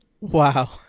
wow